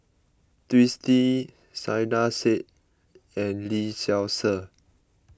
Twisstii Saiedah Said and Lee Seow Ser